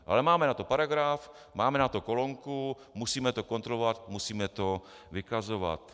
Ale máme na to paragraf, máme na to kolonku, musíme to kontrolovat, musíme to vykazovat.